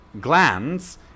glands